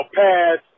pass